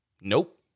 nope